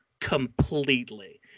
completely